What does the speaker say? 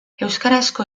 euskarazko